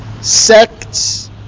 sects